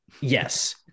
Yes